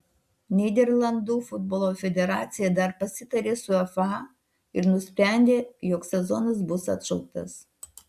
nyderlandų futbolo federacija dar pasitarė su uefa ir nusprendė jog sezonas bus atšauktas